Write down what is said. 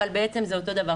אבל בעצם זה אותו דבר.